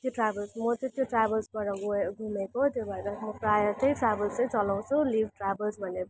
त्यो ट्राभल्स म चाहिँ त्यो ट्राभल्सबाट गएँ घुमेको त्यही भएर म प्राय त्यही ट्राभेल्स चाहिँ चलाउँछु लिभ ट्राभल्स भन्ने